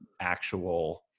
actual